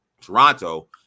Toronto